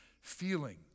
feeling